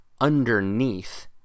underneath